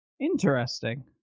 Interesting